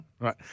Right